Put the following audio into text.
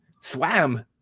swam